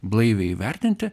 blaiviai įvertinti